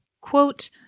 Quote